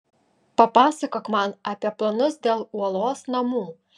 papasakok man apie planus dėl uolos namų